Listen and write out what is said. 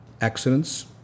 accidents